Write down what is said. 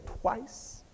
twice